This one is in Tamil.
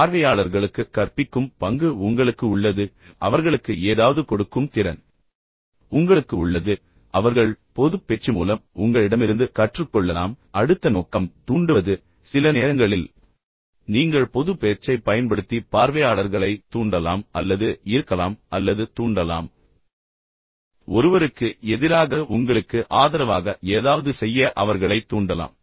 எனவே பார்வையாளர்களுக்கு கற்பிக்கும் பங்கு உங்களுக்கு உள்ளது அவர்களுக்கு ஏதாவது கொடுக்கும் திறன் உங்களுக்கு உள்ளது பின்னர் அவர்கள் பொதுப் பேச்சு மூலம் உங்களிடமிருந்து கற்றுக்கொள்ளலாம் அடுத்த நோக்கம் தூண்டுவது சில நேரங்களில் நீங்கள் பொதுப் பேச்சைப் பயன்படுத்தி பார்வையாளர்களைத் தூண்டலாம் அல்லது ஈர்க்கலாம் அல்லது தூண்டலாம் ஒருவருக்கு எதிராக உங்களுக்கு ஆதரவாக ஏதாவது செய்ய அவர்களைத் தூண்டலாம்